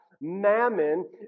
mammon